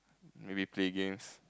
maybe play games